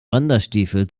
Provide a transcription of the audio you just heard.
wanderstiefel